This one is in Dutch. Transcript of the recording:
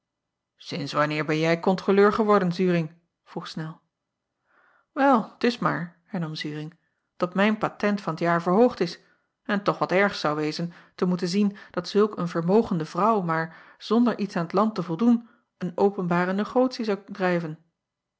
inds wanneer ben je controleur geworden uring vroeg nel el t is maar hernam uring dat mijn patent van t jaar verhoogd is en het toch wat erg zou wezen te moeten zien dat zulk een vermogende vrouw maar zonder iets aan t and te voldoen een openbare negotie zou drijven